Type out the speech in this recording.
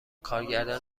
کارگردان